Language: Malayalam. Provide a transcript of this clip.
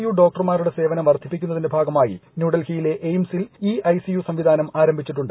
യു ഡോക്ടർമാരുടെ സേവനം വർദ്ധിപ്പിക്കുന്നതിന്റെ ഭാഗമായി ന്യൂഡൽഹിയിലെ എയിംസിൽ ഇ ഐസിയു സംവിധാനം ആരംഭിച്ചിട്ടുണ്ട്